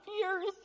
years